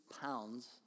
pounds